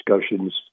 discussions